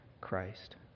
Christ